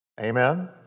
Amen